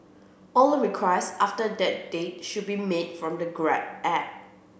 all requests after that date should be made from the grab app